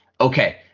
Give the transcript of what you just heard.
Okay